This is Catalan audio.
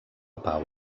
pau